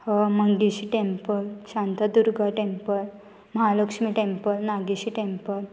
Mangeshi temple Shantadurga temple Mahalakshmi temple Nageshi temple